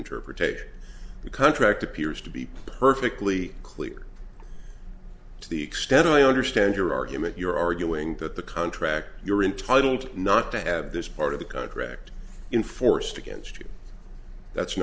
interpretation the contract appears to be perfectly clear to the extent i understand your argument you're arguing that the contract you're intitled not to have this part of the contract enforced against you that's